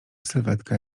sylwetka